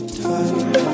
time